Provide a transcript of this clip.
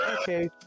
okay